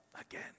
again